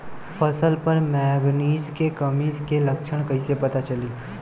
फसल पर मैगनीज के कमी के लक्षण कईसे पता चली?